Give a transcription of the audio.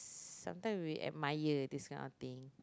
sometimes we admire this kind of thing